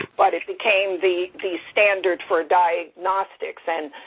but it became the the standard for diagnostics. and,